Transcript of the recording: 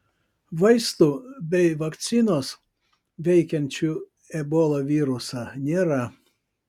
vaistų bei vakcinos veikiančių ebola virusą nėra